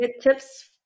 tips